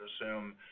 assume